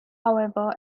however